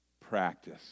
practice